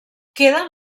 queden